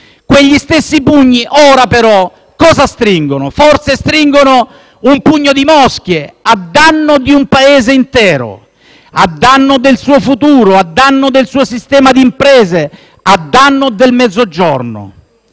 Quegli stessi pugni ora, però, cosa stringono? Forse stringono un pugno di mosche, a danno di un Paese intero, del suo futuro, del suo sistema di imprese, del Mezzogiorno.